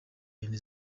yine